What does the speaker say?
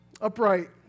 Upright